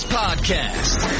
podcast